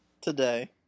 Today